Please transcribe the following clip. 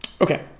okay